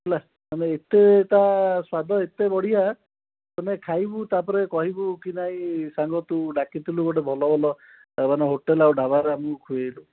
ହେଲା ମାନେ ଏତେ ତା ସ୍ୱାଦ ଏତେ ବଢ଼ିଆ ମାନେ ଖାଇବୁ ତା'ପରେ କହିବୁ କି ନାଇଁ ସାଙ୍ଗ ତୁ ଡ଼ାକିଥିଲୁ ଗୋଟେ ଭଲ ଭଲ ମାନେ ହୋଟେଲ୍ ଆଉ ଢାବାରେ ଆମକୁ ଖୁଆଇଲୁ